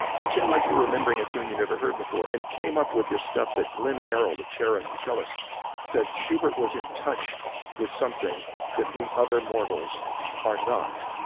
pretend like you're remembering a tune you never heard before and he came up with this stuff that lynne harrell, the cellist cellist said schubert was in touch with something that we other mortals are not.